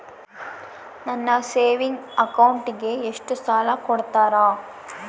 ನನ್ನ ಸೇವಿಂಗ್ ಅಕೌಂಟಿಗೆ ಎಷ್ಟು ಸಾಲ ಕೊಡ್ತಾರ?